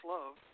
Love